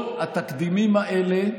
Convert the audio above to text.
כל התקדימים האלה,